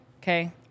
Okay